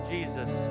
Jesus